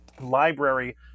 library